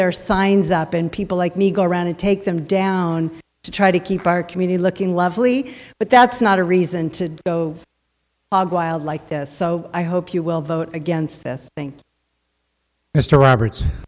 their signs up and people like me go around and take them down to try to keep our community looking lovely but that's not a reason to go wild like this so i hope you will vote against this thing mr roberts